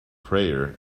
prayer